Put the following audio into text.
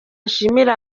nshimire